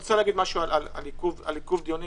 לגבי עיכוב דיונים